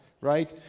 right